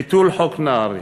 ביטול חוק נהרי.